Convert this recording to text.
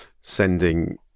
sending